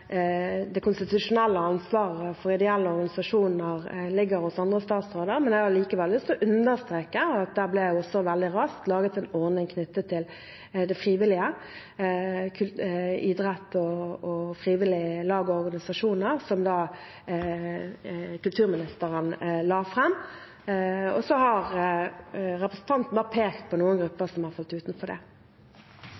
det konstitusjonelle ansvaret for ideelle organisasjoner ligger hos andre statsråder, men jeg har likevel lyst til å understreke at det veldig raskt ble laget en ordning knyttet til det frivillige, idrett og frivillige lag og organisasjoner, som kulturministeren la fram. Så har representanten pekt på noen grupper